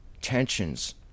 tensions